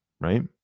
right